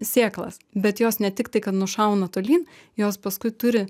sėklas bet jos ne tik tai kad nušauna tolyn jos paskui turi